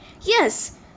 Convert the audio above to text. Yes